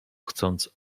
chcąc